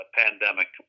pandemic